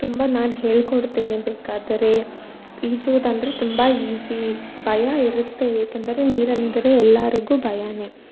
ತುಂಬ ನಾನು ಹೇಳಿಕೊಡ್ತಿನಿ ಬೇಕಾದರೆ ಈಜುವುದಂದರೆ ತುಂಬ ಈಸಿ ಭಯ ಇರುತ್ತೆ ಏಕೆಂದರೆ ನೀರಂದರೆ ಎಲ್ಲಾರಿಗು ಭಯ